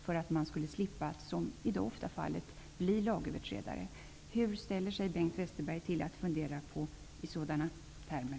Personalen skulle slippa att, som i dag ofta är fallet, bli lagöverträdare. Hur ställer sig Bengt Westerberg till att fundera i sådana termer?